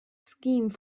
scheme